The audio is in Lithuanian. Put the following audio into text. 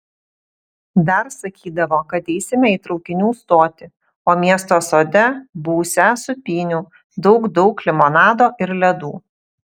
dar sakydavo kad eisime į traukinių stotį o miesto sode būsią sūpynių daug daug limonado ir ledų